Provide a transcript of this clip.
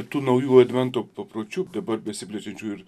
tų naujų advento papročių dabar besiplečiančių ir